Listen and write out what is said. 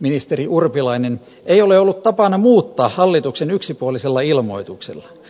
ministeri urpilainen ei ole ollut tapana muuttaa hallituksen yksipuolisella ilmoituksella